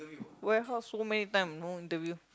warehouse so many time no interview